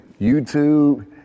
YouTube